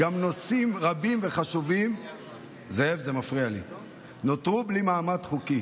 גם נושאים רבים וחשובים נותרו בלי מעמד חוקי.